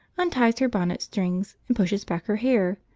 unties her bonnet strings and pushes back her hair,